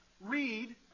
read